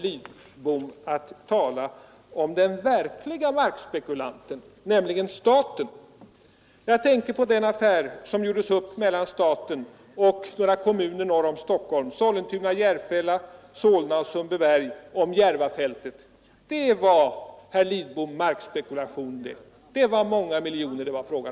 I det sammanhanget glömde herr Lidbom vidare att tala om den verklige markspekulanten,